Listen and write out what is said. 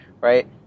right